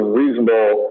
reasonable